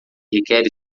requer